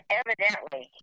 evidently